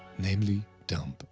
namely dumb.